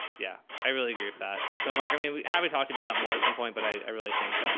yeah. i really agree with that. so, mark, i mean, we have, we talked about that more at some point, but i really think,